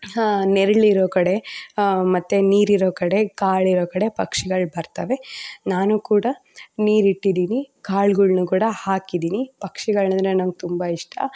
ನೆರಳಿರೋ ಕಡೆ ಮತ್ತೆ ನೀರಿರೋ ಕಡೆ ಕಾಳಿರೋ ಕಡೆ ಪಕ್ಷಿಗಳು ಬರ್ತಾವೆ ನಾನು ಕೂಡ ನೀರಿಟ್ಟಿದ್ದೀನಿ ಕಾಳುಗಳನ್ನ ಕೂಡ ಹಾಕಿದ್ದೀನಿ ಪಕ್ಷಿಗಳೆಂದರೆ ನಂಗೆ ತುಂಬ ಇಷ್ಟ